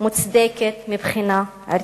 מוצדקת מבחינה ערכית.